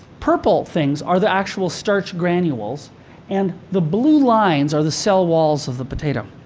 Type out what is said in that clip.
purple things are the actual starch granules and the blue lines are the cell walls of the potato.